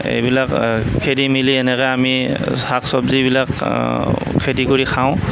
এইবিলাক খেদি মেলি এনেকৈ আমি শাক চব্জিবিলাক খেতি কৰি খাওঁ